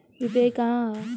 UPI का ह?